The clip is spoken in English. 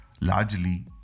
largely